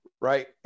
right